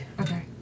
Okay